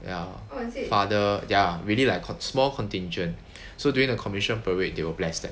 ya father ya really like small contingent so during the commission parade they will bless them